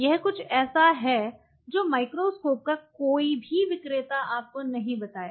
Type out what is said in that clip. यह कुछ ऐसा है जो माइक्रोस्कोप का कोई भी विक्रेता आपको नहीं बताएगा